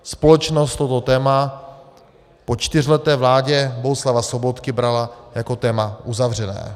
Společnost toto téma po čtyřleté vládě Bohuslava Sobotky brala jako téma uzavřené.